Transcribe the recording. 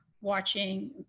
watching